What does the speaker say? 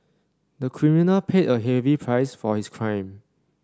the criminal paid a heavy price for his crime